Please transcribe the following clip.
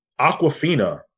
Aquafina